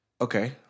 okay